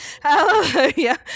Hallelujah